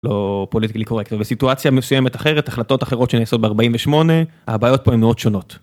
לא פוליטיקלי קורקט ובסיטואציה מסוימת אחרת החלטות אחרות שנעשות ב-48 הבעיות פה הן מאוד שונות.